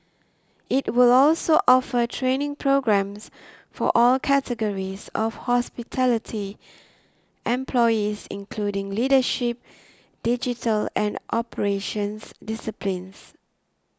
it will also offer training programmes for all categories of hospitality employees including leadership digital and operations disciplines